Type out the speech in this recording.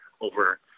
over